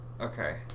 Okay